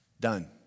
Done